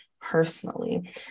personally